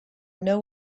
know